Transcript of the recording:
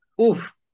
Oof